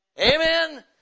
Amen